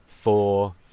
four